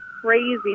crazy